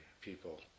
people